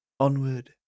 Onward